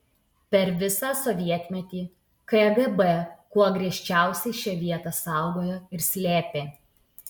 per visą sovietmetį kgb kuo griežčiausiai šią vietą saugojo ir slėpė